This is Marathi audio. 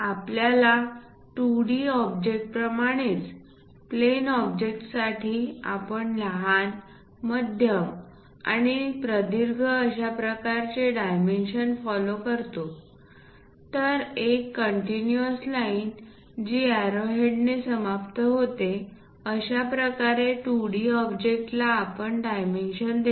आपल्या 2D ऑब्जेक्टप्रमाणेचप्लेन ऑब्जेक्टसाठी आपण लहान मध्यम आणि प्रदीर्घ अशाप्रकारे डायमेन्शन्स फोलो करतो तर एक कंटीन्यूअस लाईन जी एरोहेड्सने समाप्त होते अशाप्रकारे 2D ऑब्जेक्ट ला आपण डायमेन्शन देतो